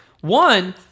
one